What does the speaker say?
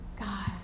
God